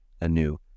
anew